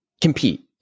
compete